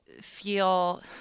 feel